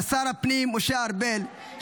לשר הפנים משה ארבל,